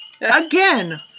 again